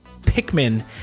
pikmin